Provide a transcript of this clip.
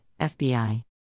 FBI